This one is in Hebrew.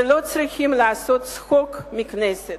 שלא צריכים לעשות צחוק מהכנסת.